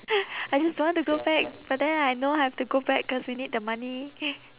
I just don't want to go back but then I know I have to go back because we need the money